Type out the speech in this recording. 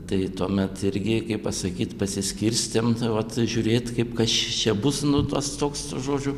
tai tuomet irgi kaip pasakyt pasiskirstėm tai vat žiūrėt kaip kas čia bus nu tas toks žodžiu